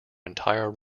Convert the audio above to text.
entire